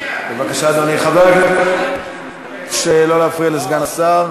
הכנסת, אני מבקש לא להפריע לסגן השר.